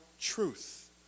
truth